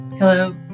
Hello